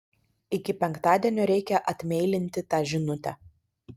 iki penktadienio reikia atmeilinti tą žinutę